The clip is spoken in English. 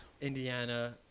Indiana